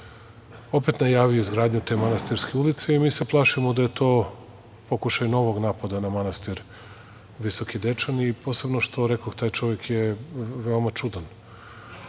opet najavio izgradnju te manastirske uliceMi se plašimo da je to pokušaj novog napada na manastir Visoki Dečani i posebno, što rekoh, taj čovek je veoma čudan,